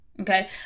Okay